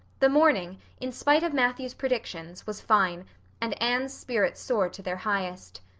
the morning, in spite of matthew's predictions, was fine and anne's spirits soared to their highest.